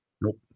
Nope